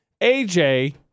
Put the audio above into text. AJ